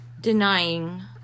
denying